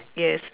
yes